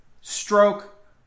Stroke